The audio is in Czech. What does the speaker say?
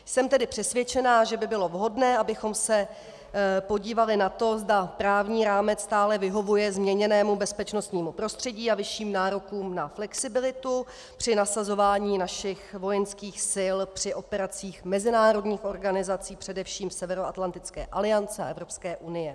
Jsem tedy přesvědčena, že by bylo vhodné, abychom se podívali na to, zda právní rámec stále vyhovuje změněnému bezpečnostnímu prostředí a vyšším nárokům na flexibilitu při nasazování našich vojenských sil při operacích mezinárodních organizací, především Severoatlantické aliance a Evropské unie.